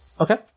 Okay